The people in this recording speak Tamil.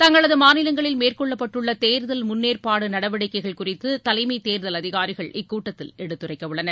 தங்களது மாநிலங்களில் மேற்கொள்ளப்பட்டுள்ள தேர்தல் முன்னேற்பாடுகள் நடவடிக்கைகள் குறித்து தலைமை தேர்தல் அதிகாரிகள் இக்கூட்டத்தில் எடுத்துரைக்க உள்ளனர்